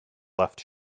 left